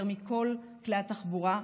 יותר מכל כלי התחבורה,